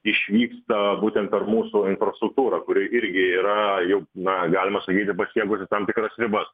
išvyksta būtent per mūsų infrastruktūrą kuri irgi yra jau na galima sakyti pasiekusi tam tikras ribas